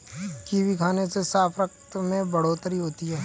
kiwi खाने से साफ रक्त में बढ़ोतरी होती है